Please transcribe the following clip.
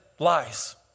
lies